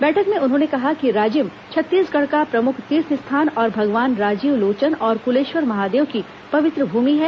बैठक में उन्होंने कहा कि राजिम छत्तीसगढ़ का प्रमुख तीर्थ स्थान और भगवान राजीव लोचन तथा कुलेश्वर महादेव की पवित्र भूमि है